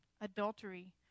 adultery